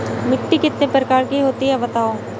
मिट्टी कितने प्रकार की होती हैं बताओ?